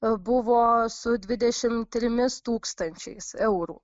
buvo su dvidešimt trimis tūkstančiais eurų